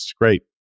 Great